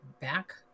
back